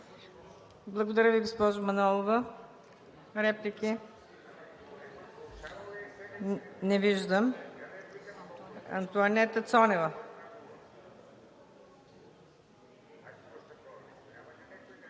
Благодаря, госпожо Манолова. Реплики? Ни виждам. Антоанета Цонева.